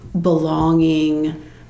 belonging